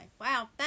Wow